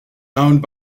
owned